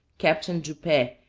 captain du paix,